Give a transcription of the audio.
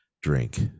drink